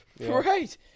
Right